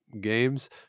games